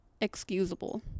excusable